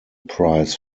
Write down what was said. prize